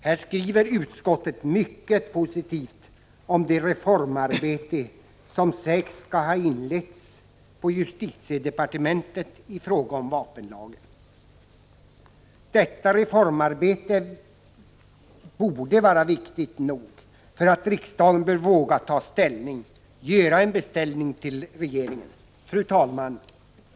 Här skriver utskottet mycket positivt om det reformarbete som sägs skall ha inletts på justitiedepartementet i fråga om vapenlagen. Detta reformarbete borde vara viktigt nog för att riksdagen skall våga ta ställning och göra en beställning till regeringen. Fru talman!